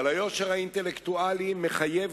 אבל היושר האינטלקטואלי מחייב,